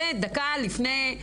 זה דקה לפני.